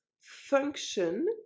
function